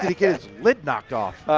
he get his lid knocked off.